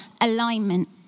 alignment